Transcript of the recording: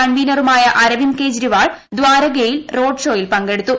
കൺവീനറുമായ അരവിന്ദ് കെജ്രിവാൾ ദ്വാരകയിൽ റോഡ്ഷോയിൽ പങ്കെടുത്തു